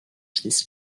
this